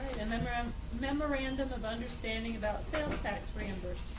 and um um memorandum of understanding about synesthetic scramblers.